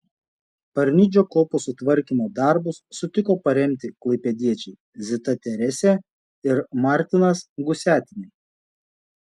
parnidžio kopos sutvarkymo darbus sutiko paremti klaipėdiečiai zita teresė ir martinas gusiatinai